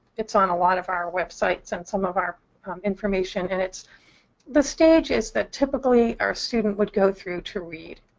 it's on a lot of our websites and some of our information. and it's the stages that typically a student would go through to read.